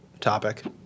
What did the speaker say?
topic